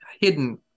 hidden